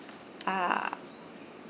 uh